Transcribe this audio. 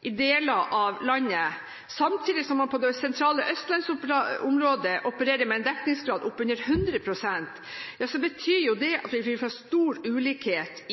i deler av landet, samtidig som man i det sentrale Østlandsområdet opererer med en dekningsgrad på oppunder 100 pst., innebærer jo at vi vil få stor ulikhet